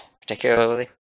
particularly